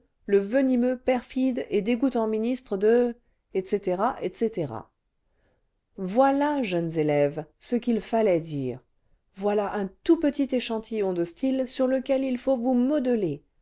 le venimeux perfide et dégoûtant ministre de etc etc ce voilà jeunes élèves ce qu'il fallait dire voilà un tout petit échantillon cle style sur lequel il faut vous modeler